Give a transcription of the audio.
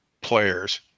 players